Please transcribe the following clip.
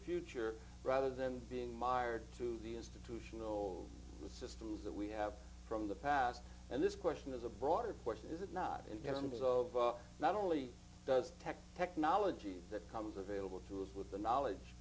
future rather than being mired to the institutional with systems that we have from the past and this question is a broader question is it not intended of not only does tech technology that comes available through it with the knowledge